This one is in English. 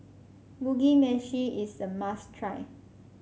Mugi Meshi is a must try